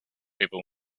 people